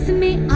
me